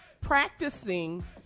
practicing